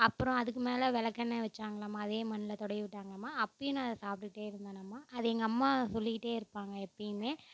அப்புறம் அதுக்கு மேலே விளக்கெண்ணை வச்சாங்களாம் அதே மண்ணில் தடவி விட்டாங்களாம் அப்போயும் நான் அதை சாப்பிட்டுக்கிட்டே இருந்தனாம் அது எங்கள் அம்மா சொல்லிக்கிட்டே இருப்பாங்க எப்போயிமே